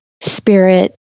spirit